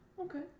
Okay